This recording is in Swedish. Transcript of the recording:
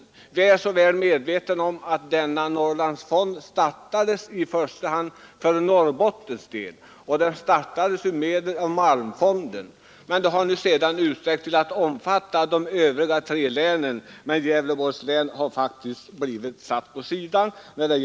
Vi är väl medvetna om att fonden startade i första hand för Norrbottens del och med medel ur malmfonden. Dess verksamhet har emellertid sedermera utsträckts till att omfatta även de övriga tre länen. Men Gävleborgs län har faktiskt blivit satt åt sidan.